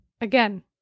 again